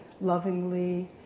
lovingly